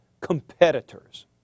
competitors